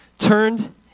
turned